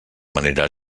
manera